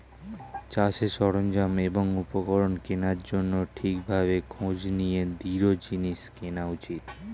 চাষের সরঞ্জাম এবং উপকরণ কেনার জন্যে ঠিক ভাবে খোঁজ নিয়ে দৃঢ় জিনিস কেনা উচিত